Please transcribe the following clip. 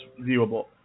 viewable